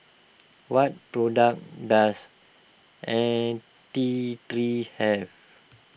what products does N T three have